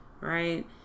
right